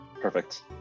Perfect